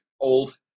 old